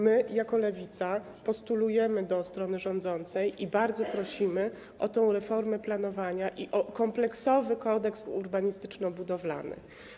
My, jako Lewica postulujemy, zwracamy się do strony rządzącej i bardzo prosimy o tę reformę planowania i o kompleksowy kodeks urbanistyczno-budowlany.